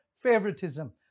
favoritism